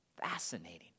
fascinating